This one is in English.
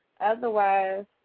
Otherwise